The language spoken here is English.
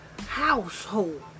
household